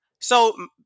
So-